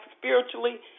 spiritually